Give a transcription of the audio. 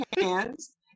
hands